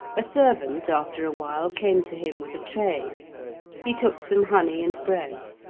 a servant after a while came to him with a tray he took some honey and bread.